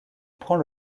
prend